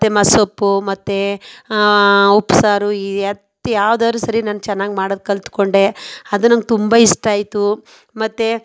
ಮತ್ತು ಮ ಸೊಪ್ಪು ಮತ್ತು ಉಪ್ಸಾರು ಯಾವುದಾದರೂ ಸರಿ ನಾನು ಚೆನ್ನಾಗಿ ಮಾಡೋದು ಕಲಿತ್ಕೊಂಡೆ ಅದು ನಂಗೆ ತುಂಬ ಇಷ್ಟ ಆಯಿತು ಮತ್ತು